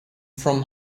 from